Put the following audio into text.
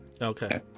Okay